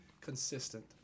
consistent